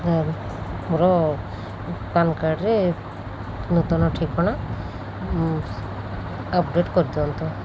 ମୋର ପାନ୍ କାର୍ଡ଼୍ରେ ନୂତନ ଠିକଣା ଅପ୍ଡ଼େଟ୍ କରିଦିଅନ୍ତୁ